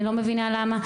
אני לא מבינה למה.